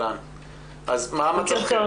מה מצבכם